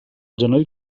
genoll